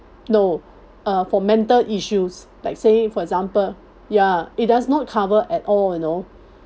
no uh for mental issues like say for example ya it does not cover at all you know